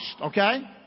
okay